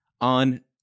on